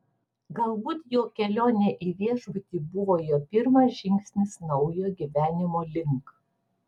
galbūt jo kelionė į viešbutį buvo jo pirmas žingsnis naujo gyvenimo link